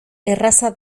erraza